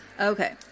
Okay